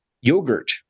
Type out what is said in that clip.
yogurt